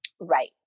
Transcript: Right